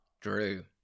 Drew